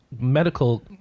medical